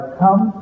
come